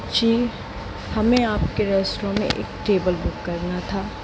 जी हमें आपके रेस्ट्रॉं में एक टेबल बुक करना था